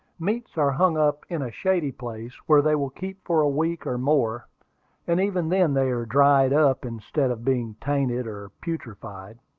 meats are hung up in a shady place, where they will keep for a week or more and even then they are dried up, instead of being tainted or putrefied.